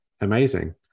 Amazing